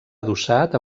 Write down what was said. adossat